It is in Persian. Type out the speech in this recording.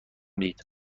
دید